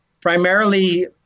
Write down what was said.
primarily